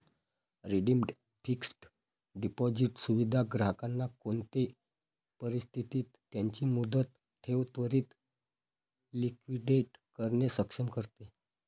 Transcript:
redeemed fixed deposit सुविधा ग्राहकांना कोणते परिस्थितीत त्यांची मुदत ठेव त्वरीत लिक्विडेट करणे सक्षम करते